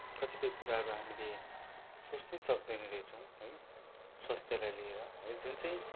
कतिपय कुराहरू हामीले सोच्नै सक्दैनौँ रहेछौँ है स्वास्थ्यलाई लिएर है जुन चाहिँ